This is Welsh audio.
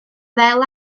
ddel